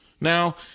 Now